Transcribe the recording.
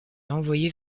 envoyée